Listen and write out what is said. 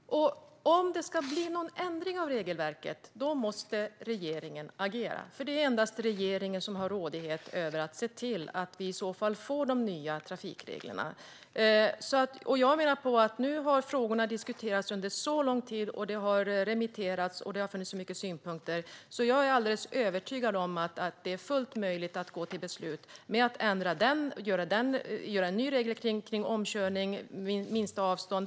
Fru talman! Om det ska bli någon ändring av regelverket måste regeringen agera, för det är endast regeringen som har rådighet över att se till att vi får de nya trafikreglerna. Nu har frågorna diskuterats under så lång tid, det har remitterats och det har funnits så många synpunkter att jag är alldeles övertygad om att det är fullt möjligt att gå till beslut om en ny regel för omkörning och minsta avstånd.